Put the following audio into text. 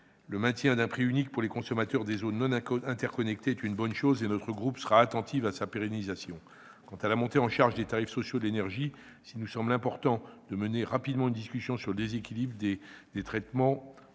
Le maintien d'un prix unique pour les consommateurs des zones non interconnectées est une bonne chose, et notre groupe sera attentif à sa pérennisation. Quant à la montée en charge des tarifs sociaux de l'énergie, s'il nous semble important de mener rapidement une discussion sur le déséquilibre des traitements